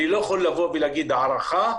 אני לא יכול לבוא ולהגיד הערכה,